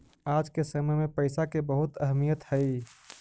आज के समय में पईसा के बहुत अहमीयत हई